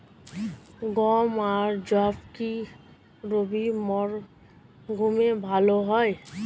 গম আর যব কি রবি মরশুমে ভালো হয়?